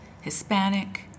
Hispanic